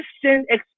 Christian